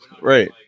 Right